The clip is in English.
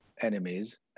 enemies